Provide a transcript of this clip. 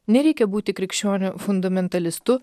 nereikia būti krikščionių fundamentalistu